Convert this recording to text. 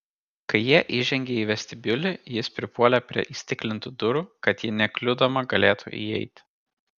kai jie įžengė į vestibiulį jis pripuolė prie įstiklintų durų kad ji nekliudoma galėtų įeiti